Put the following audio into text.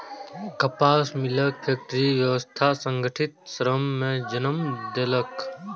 कपास मिलक फैक्टरी व्यवस्था संगठित श्रम कें जन्म देलक